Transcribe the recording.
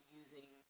using